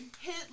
Hit